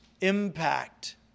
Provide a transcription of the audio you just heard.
impact